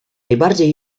najbardziej